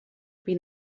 been